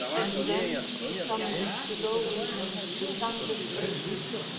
and then he summoned to go with him the sons of phrixus,